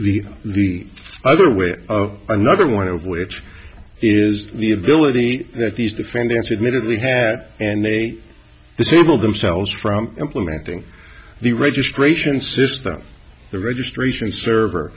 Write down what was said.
filter the other way another one of which is the ability that these defendants admitted we had and they simple themselves from implementing the registration system the registration server